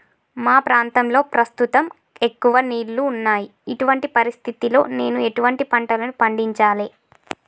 మా ప్రాంతంలో ప్రస్తుతం ఎక్కువ నీళ్లు ఉన్నాయి, ఇటువంటి పరిస్థితిలో నేను ఎటువంటి పంటలను పండించాలే?